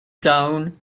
down